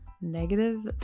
Negative